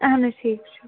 اَہَن حظ ٹھیٖک چھُ